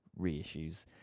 reissues